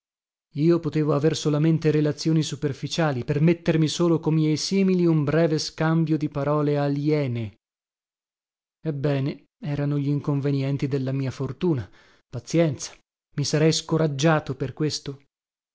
io potevo aver solamente relazioni superficiali permettermi solo co miei simili un breve scambio di parole aliene ebbene erano glinconvenienti della mia fortuna azienza i sarei scoraggiato per questo